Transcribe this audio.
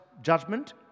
judgment